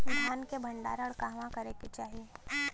धान के भण्डारण कहवा करे के चाही?